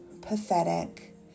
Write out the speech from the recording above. pathetic